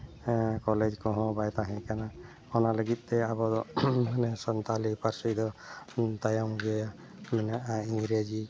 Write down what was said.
college ᱠᱚᱦᱚᱸ ᱵᱟᱭ ᱛᱟᱦᱮᱸ ᱠᱟᱱᱟ ᱚᱱᱟ ᱞᱟᱹᱜᱤᱫ ᱛᱮ ᱟᱵᱚᱫᱚ ᱥᱟᱱᱛᱟᱞᱤ ᱯᱟᱹᱨᱥᱤ ᱫᱚ ᱛᱟᱭᱚᱢᱜᱮ ᱢᱮᱱᱟᱜᱼᱟ ᱤᱝᱨᱮᱡᱤ